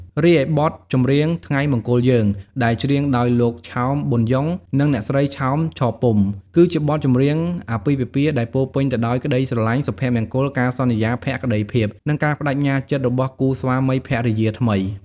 រីឯបទចម្រៀង ថ្ងៃមង្គលយើង ដែលច្រៀងដោយលោក ឆោម ប៊ុនយ៉ុង និងអ្នកស្រី ឆោម ឆពុំ គឺជាបទចម្រៀងអាពាហ៍ពិពាហ៍ដែលពោរពេញទៅដោយ ក្តីស្រឡាញ់ សុភមង្គល ការសន្យាភក្តីភាព និងការប្តេជ្ញាចិត្ត របស់គូស្វាមីភរិយាថ្មី។